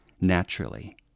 naturally